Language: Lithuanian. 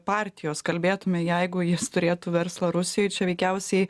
partijos kalbėtume jeigu jis turėtų verslą rusijoj čia veikiausiai